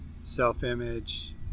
self-image